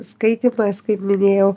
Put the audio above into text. skaitymas kaip minėjau